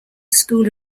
school